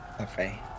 Okay